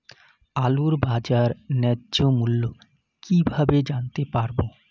আলুর বাজার ন্যায্য মূল্য কিভাবে জানতে পারবো?